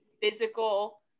physical